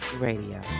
radio